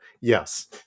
Yes